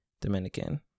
Dominican